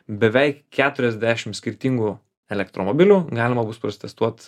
beveik keturiasdešim skirtingų elektromobilių galima bus prasitestuot